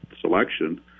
selection